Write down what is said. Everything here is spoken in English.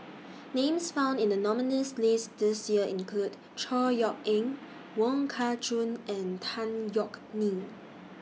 Names found in The nominees' list This Year include Chor Yeok Eng Wong Kah Chun and Tan Yeok Nee